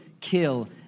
kill